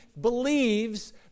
believes